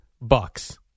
Bucks